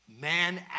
man